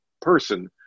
person